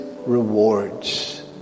Rewards